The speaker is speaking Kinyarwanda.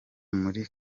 muri